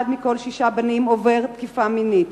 אחד מכל שישה בנים עובר תקיפה מינית.